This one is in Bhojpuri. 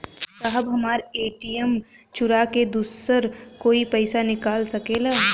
साहब हमार ए.टी.एम चूरा के दूसर कोई पैसा निकाल सकेला?